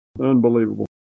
Unbelievable